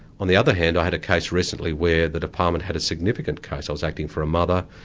on the other hand, i had a case recently where the department had a significant case. i was acting for a mother,